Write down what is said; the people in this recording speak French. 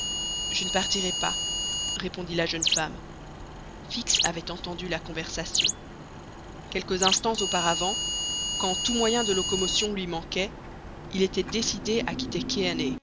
je ne partirai pas répondit la jeune femme fix avait entendu cette conversation quelques instants auparavant quand tout moyen de locomotion lui manquait il était décidé à quitter